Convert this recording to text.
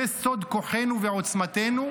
זה סוד כוחנו ועוצמתנו,